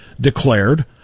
declared